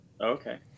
Okay